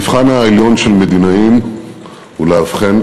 המבחן העליון של מדינאים הוא לאבחן